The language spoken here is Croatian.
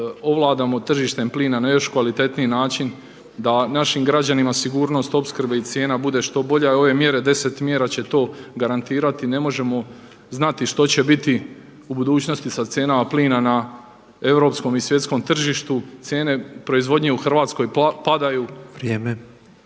ovladamo tržištem plina na još kvalitetnije način, da našim građanima sigurnost opskrbe i cijena bude što bolje, a ove mjere deset mjera će to garantirati. Ne možemo znati što će biti u budućnosti sa cijenama plina na europskom i svjetskom tržištu. Cijene proizvodnje u Hrvatskoj pada …